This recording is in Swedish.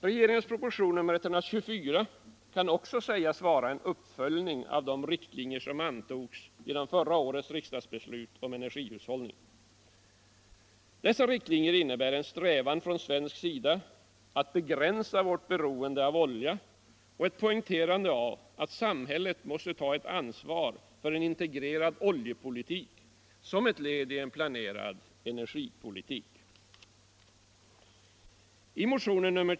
Regeringens proposition nr 124 kan också sägas vara en uppföljning av de riktlinjer som antogs genom förra årets riksdagsbeslut om ener gihushållningen. Dessa riktlinjer innebär en strävan från svensk sida att begränsa vårt beroende av olja och ett poängterande av att samhället måste ta ett ansvar för en integrerad oljepolitik som ett led i en planerad energipolitik.